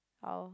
oh